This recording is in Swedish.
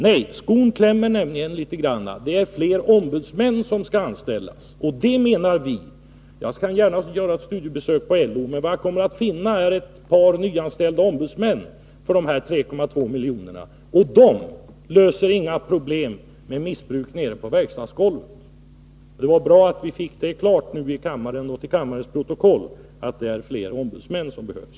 Nej, skon klämmer litet grand. Det är fler ombudsmän som skall anställas. Jag skall gärna göra ett studiebesök på LO, men vad jag kommer att finna är ett par nyanställda ombudsmän, som anställts för de här 3,2 miljonerna, nyanställda ombudsmän, och de löser inga problem med missbruk nere på verkstadsgolvet. Det var bra att vi fick detta klarlagt och att det kom in i kammarens protokoll att det är fler ombudsmän som behövs.